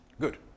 Good